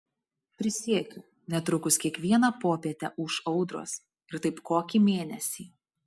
prisiekiu netrukus kiekvieną popietę ūš audros ir taip kokį mėnesį